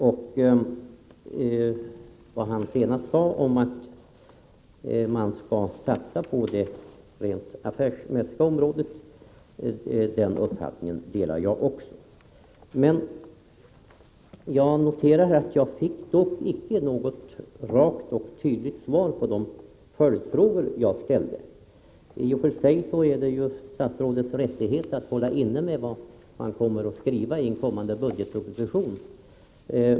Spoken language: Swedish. Statsrådet sade att man skall satsa på det rent affärsmässiga området. Den uppfattningen delar jag. Men jag noterar att jag icke fick något rakt och tydligt svar på de följdfrågor som jag ställde. I och för sig är det statsrådets rättighet att hålla inne med vad man kommer att skriva i en kommande budgetproposition.